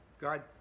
God